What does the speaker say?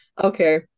Okay